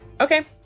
okay